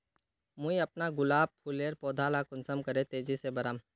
मुई अपना गुलाब फूलेर पौधा ला कुंसम करे तेजी से बढ़ाम?